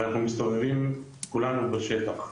ואנחנו מסתובבים כולנו בשטח,